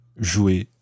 jouer